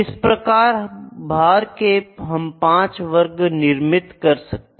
इस प्रकार भार के हम पांच वर्ग निर्मित कर सकते हैं